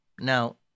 now